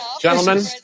Gentlemen